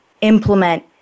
implement